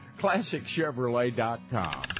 ClassicChevrolet.com